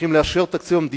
צריכים לאשר את תקציב המדינה,